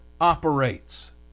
operates